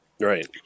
right